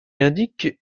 indique